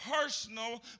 personal